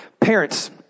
Parents